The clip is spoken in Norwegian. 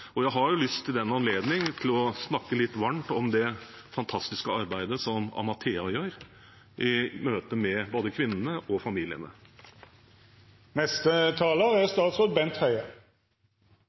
Jeg har i den anledning lyst til å snakke litt varmt om det fantastiske arbeidet Amathea gjør i møte med både kvinnene og familiene.